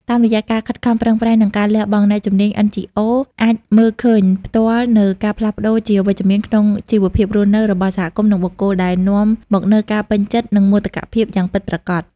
តាមរយៈការខិតខំប្រឹងប្រែង និងការលះបង់ អ្នកជំនាញ NGO អាចមើលឃើញផ្ទាល់នូវការផ្លាស់ប្ដូរជាវិជ្ជមានក្នុងជីវភាពរស់នៅរបស់សហគមន៍ និងបុគ្គល ដែលនាំមកនូវការពេញចិត្ត និងមោទកភាពយ៉ាងពិតប្រាកដ។